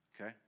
Okay